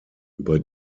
über